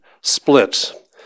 split